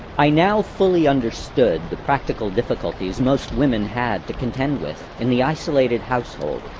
i now fully understood the practical difficulties most women had to contend with in the isolated household,